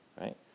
right